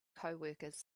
coworkers